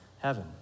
heaven